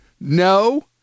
No